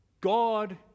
God